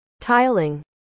tiling